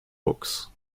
books